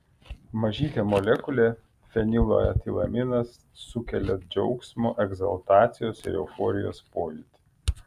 mažytė molekulė fenilo etilaminas sukelia džiaugsmo egzaltacijos ir euforijos pojūtį